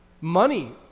money